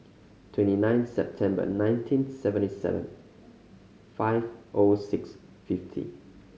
twenty nine September nineteen seventy seven five O six fifty